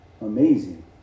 Amazing